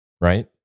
right